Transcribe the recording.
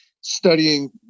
studying